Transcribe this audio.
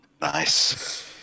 Nice